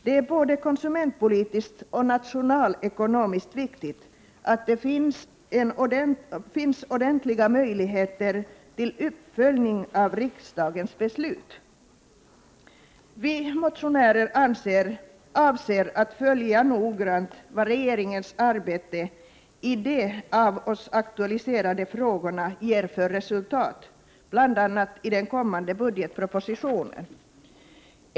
Det är både konsumentpolitiskt och nationalekonomiskt viktigt att det finns ordentliga möjligheter till uppföljning av riksdagens beslut. Vi motionärer avser att noggrant följa vad regeringens arbete i de av oss aktualiserade frågorna ger för resultat, bl.a. i den kommande budgetpropositionen.